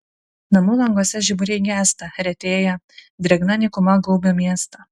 namų languose žiburiai gęsta retėja drėgna nykuma gaubia miestą